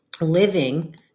living